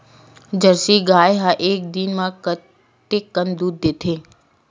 Jersey गाय ह एक दिन म कतेकन दूध देथे?